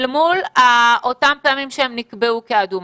אל מול אותן פעמים שהן נקבעו כאדומות.